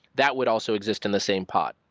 that would also exist in the same pod.